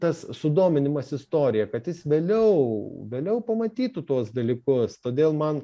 tas sudominimas istorija kad jis vėliau vėliau pamatytų tuos dalykus todėl man